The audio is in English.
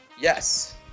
Yes